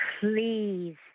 Please